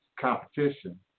competition